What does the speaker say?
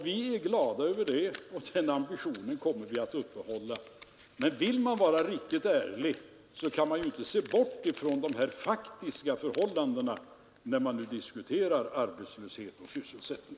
Vi är glada över det, och den ambitionen kommer vi att uppehålla. Men vill man vara riktigt ärlig, kan man inte se bort ifrån de faktiska förhållandena, när man nu diskuterar arbetslöshet och sysselsättning.